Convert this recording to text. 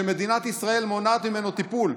שמדינת ישראל מונעת ממנו טיפול.